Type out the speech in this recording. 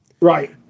right